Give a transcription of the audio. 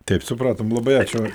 taip supratom labai ačiū